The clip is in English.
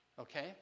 Okay